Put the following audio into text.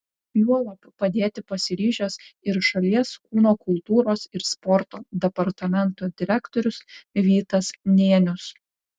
juolab padėti pasiryžęs ir šalies kūno kultūros ir sporto departamento direktorius vytas nėnius